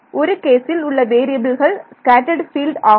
ஒரு கேசில் உள்ள வேறியபில்கள் ஸ்கேட்டர்ட் பீல்டு ஆகும்